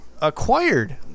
acquired